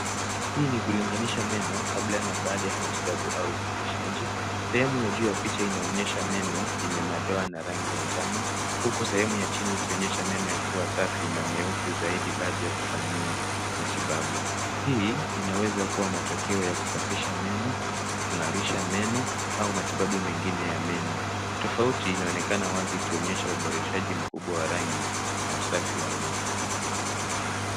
Hii ni kulinganisha meno kabla na baada ya matibabu au usafishaji. Sehemu ya juu ya picha inaonyesha meno yenye madoa na rangi ya njano huku sehemu ya chini ikionyesha meno yakiwa safi na meupe zaidi baada ya kufanyia matibabu. Hii inaweza kuwa matokeo ya kusafisha meno, kung'arisha meno au matibabu mengine ya meno. Tofauti inaonekana wazi ikionyesha uboreshaji mkubwa wa rangi na usafi wa meno.